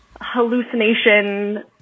hallucination